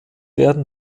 werden